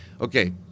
Okay